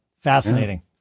Fascinating